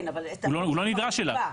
הוא לא נדרש אליו.